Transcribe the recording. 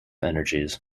energies